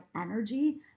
energy